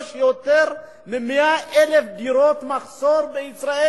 מחסור של יותר מ-100,000 דירות בישראל.